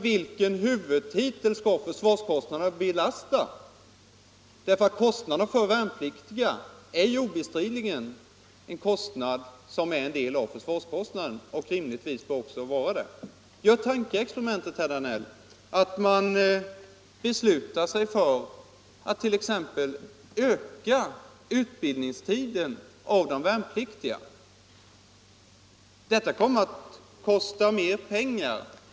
Vilken huvudtitel skall annars försvarskostnaderna belasta? Kostnaderna för värnpliktiga är obestridligt en del av försvarskostnaden, och rimligtvis skall det också vara så. Gör tankeexprimentet, herr Danell, att vi t.ex. beslutar oss för att öka utbildningstiden för de värnpliktiga. Det kommer att medföra ökade kostnader.